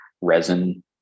resin